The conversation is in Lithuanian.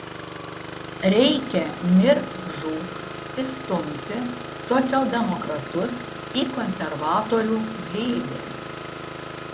reikia mirk žūk įstumti socialdemokratus į konservatorių glėbį